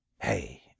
Hey